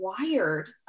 wired